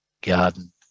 garden